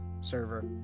server